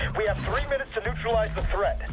we have three minutes to neutralize the threat, and